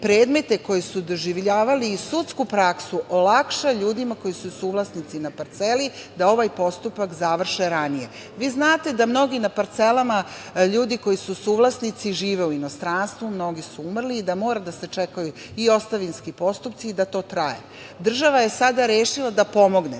predmete koji su doživljavali i sudsku praksu olakša ljudima koji su suvlasnici na parceli da ovaj postupak završe ranije. Vi znate da mnogi na parcelama ljudi koji su suvlasnici žive u inostranstvu, mnogi su umrli i da moraju da se čekaju i ostavinski postupci i da to traje. Država je sada rešila da pomogne,